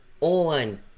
on